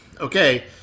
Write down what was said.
Okay